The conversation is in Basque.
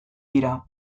dira